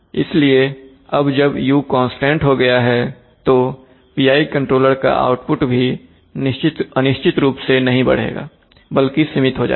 इसलिए अब जब u कांस्टेंट हो गया है तो PI कंट्रोलर का आउटपुट भी अनिश्चित रूप से नहीं बढ़ेगा बल्कि सीमित हो जाएगा